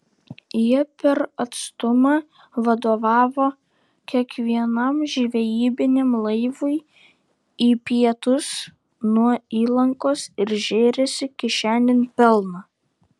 jie per atstumą vadovavo kiekvienam žvejybiniam laivui į pietus nuo įlankos ir žėrėsi kišenėn pelną